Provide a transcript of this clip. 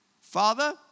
Father